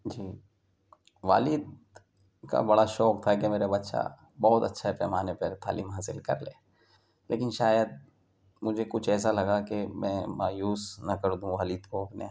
جی والد کا بڑا شوق تھا کہ میرا بچہ بہت اچھے پیمانے پہ تعلیم حاصل کر لے لیکن شاید مجھے کچھ ایسا لگا کہ میں مایوس نہ کر دوں والد کو اپنے